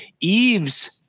Eve's